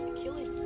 killing